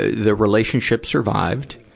the relationship survived.